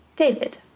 David